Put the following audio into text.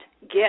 Get